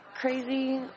crazy